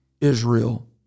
Israel